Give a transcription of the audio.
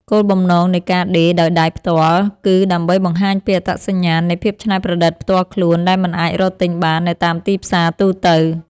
គោលបំណងនៃការដេរដោយដៃផ្ទាល់គឺដើម្បីបង្ហាញពីអត្តសញ្ញាណ និងភាពច្នៃប្រឌិតផ្ទាល់ខ្លួនដែលមិនអាចរកទិញបាននៅតាមទីផ្សារទូទៅ។